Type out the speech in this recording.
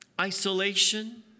isolation